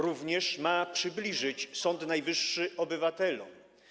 Również ma przybliżyć Sąd Najwyższy obywatelom.